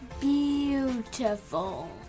beautiful